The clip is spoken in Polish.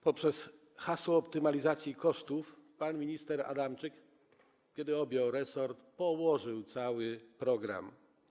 Poprzez hasło optymalizacji kosztów pan minister Adamczyk, kiedy objął resort, położył cały program.